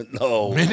No